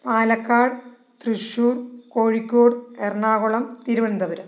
Palakkad Thrissur Kozhikode Ernakulam Thiruvananthapuram